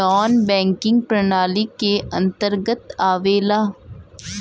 नानॅ banking प्रणाली के अंतर्गत आवेला